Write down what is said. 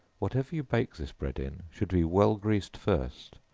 whatever you bake this bread in, should be well greased first,